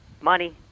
Money